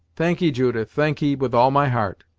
thankee, judith, thankee with all my heart,